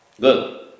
Good